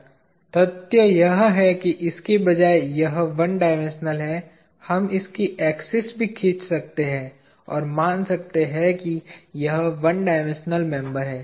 तथ्य यह है कि इसके बजाय यह 1 डायमेंशनल है हम इसकी एक्सिस भी खींच सकते हैं और मान सकते हैं कि यह 1 डायमेंशनल मेंबर है